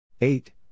Eight